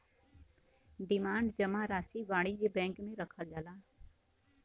demand जमा राशी वाणिज्य बैंक मे रखल जाला